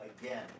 again